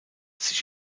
sich